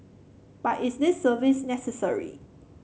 but is this service necessary